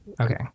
Okay